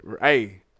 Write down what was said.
Hey